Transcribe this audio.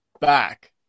back